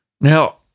Now